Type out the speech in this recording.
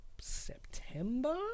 September